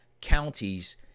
counties